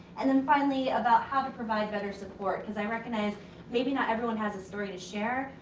and then finally, about how to provide better support cause i recognize maybe not everyone has a story to share,